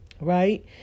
right